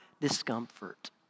discomfort